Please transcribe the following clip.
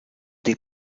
des